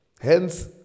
Hence